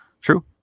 True